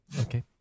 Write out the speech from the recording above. Okay